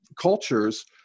cultures